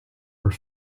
were